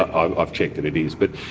i've i've checked it it is, but